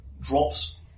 drops